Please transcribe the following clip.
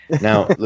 now